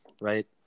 right